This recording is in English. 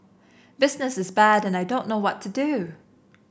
business is bad and I don't know what to do